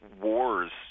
wars